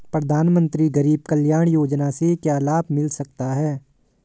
प्रधानमंत्री गरीब कल्याण योजना से क्या लाभ मिल सकता है?